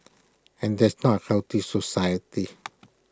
and that's not A healthy society